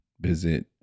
visit